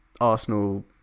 Arsenal